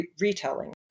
retelling